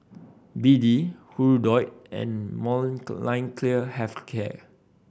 B D Hirudoid and Molnylcke Have a Care